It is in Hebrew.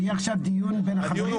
אדוני, ויהיה עכשיו דיון בין החברים?